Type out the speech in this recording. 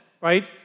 right